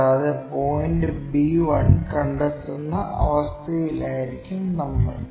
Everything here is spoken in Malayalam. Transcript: കൂടാതെ പോയിന്റ് b 1 കണ്ടെത്തുന്ന അവസ്ഥയിലായിരിക്കും നമ്മൾ